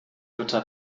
jutta